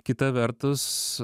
kita vertus